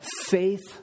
faith